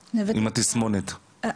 בנוגע לנשים עם תסמונת שמגיעות אליכם לכלא?